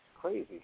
crazy